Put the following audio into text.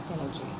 energy